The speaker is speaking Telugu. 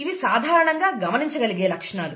ఇవి సాధారణంగా గమనించగలిగే లక్షణాలు